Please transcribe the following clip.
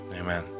Amen